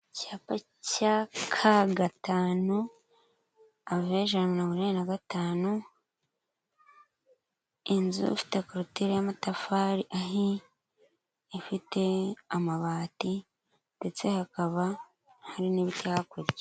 Icyapa cya ka gatanu ijana na mirongo inani na gatanu, inzu ifite korutire y'amatafari ahiye, ifite amabati ndetse hakaba hari n'ibiti hakurya.